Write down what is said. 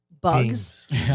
bugs